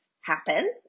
happen